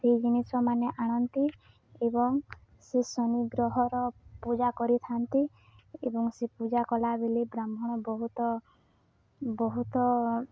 ସେଇ ଜିନିଷ ମାନେ ଆଣନ୍ତି ଏବଂ ସେ ଶନି ଗ୍ରହର ପୂଜା କରିଥାନ୍ତି ଏବଂ ସେ ପୂଜା କଲାବେଳେ ବ୍ରାହ୍ମଣ ବହୁତ ବହୁତ